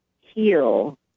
heal